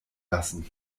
lassen